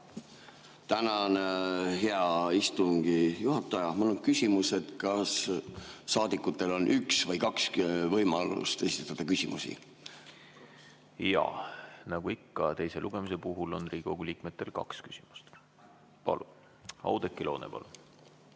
Tänan, hea istungi juhataja! Mul on küsimus, kas saadikutel on üks või kaks võimalust esitada küsimusi. Jaa, nagu ikka teise lugemise puhul, on Riigikogu liikmetel kaks küsimust. Palun! Oudekki Loone, palun!